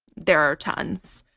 there are tons,